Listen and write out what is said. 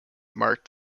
marked